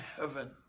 heaven